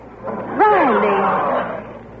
Riley